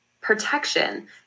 protection